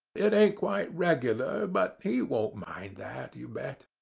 it ain't quite regular, but he won't mind that, you bet.